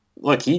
look